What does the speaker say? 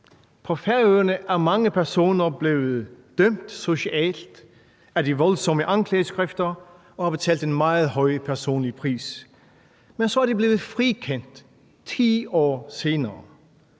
På Færøerne er mange personer blevet dømt socialt af de voldsomme anklageskrifter og har betalt en meget høj personlig pris. Men så er de blevet frikendt 10 år senere.